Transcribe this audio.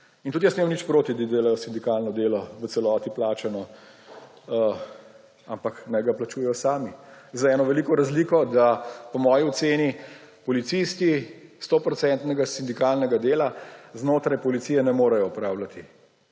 In tudi jaz nimam nič proti, da delajo sindikalno delo v celoti plačano, ampak naj ga plačujejo sami. Z eno veliko razliko, da po moji oceni policisti 100-odstotnega sindikalnega dela znotraj policije ne morejo opravljati,